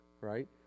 Right